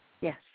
yes